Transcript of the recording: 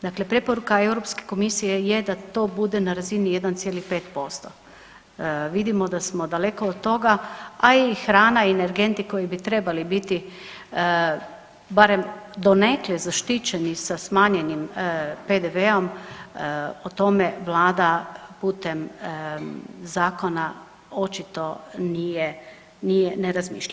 Dakle, preporuka Europske komisije je da to bude na razini 1,5%. vidimo da smo daleko od toga, a i hrana i energenti koji bi trebali biti barem donekle zaštićeni sa smanjenim PDV-om o tome Vlada putem zakona očito nije ne razmišlja.